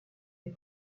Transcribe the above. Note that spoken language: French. est